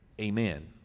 Amen